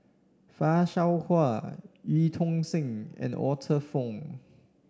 Fan Shao Hua Eu Tong Sen and Arthur Fong